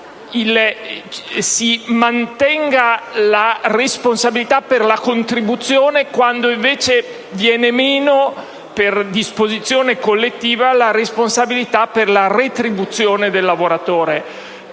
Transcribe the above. si mantenga la responsabilitaper la contribuzione quando invece viene meno per disposizione collettiva la responsabilita per la retribuzione del lavoratore.